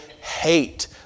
hate